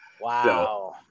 Wow